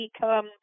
become